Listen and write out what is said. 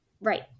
Right